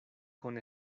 kun